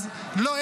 אז לא,